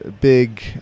big